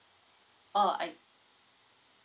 orh act~